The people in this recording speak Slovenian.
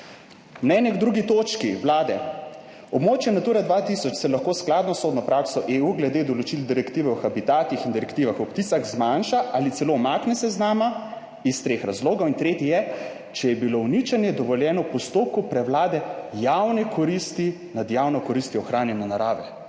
Mnenje k 2. točki Vlade: Območje Natura 2000 se lahko skladno s sodno prakso EU glede določil direktive o habitatih in direktivah o pticah zmanjša ali celo umakne seznama iz treh razlogov. In tretji je: če je bilo uničenje dovoljeno v postopku prevlade javne koristi nad javno koristjo ohranjanja narave.